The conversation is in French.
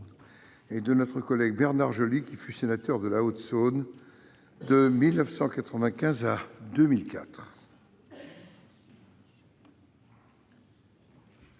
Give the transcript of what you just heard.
et des forces armées, et Bernard Joly, qui fut sénateur de la Haute-Saône de 1995 à 2004.